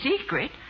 secret